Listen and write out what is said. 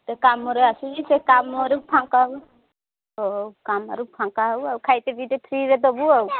ତେ କାମରେ ଆସୁଛି ସେ କାମରୁ ଫାଙ୍କା ହଉ ହଉ କାମରୁ ଫାଙ୍କା ହଉ ଆଉ ଖାଇତେ ଯିବି ଫ୍ରିରେ ଦେବୁ ଆଉ